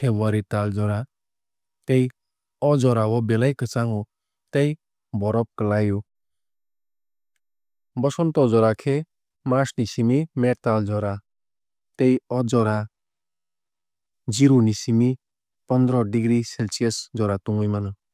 february tal jora tei o jorao belai kwchango tei borof klai o. Bosonto jora khe march ni simi may tal jora tei o jorao zero ni simi pondoroh degree celcius jora tungui mano.